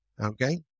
Okay